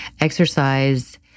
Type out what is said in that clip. Exercise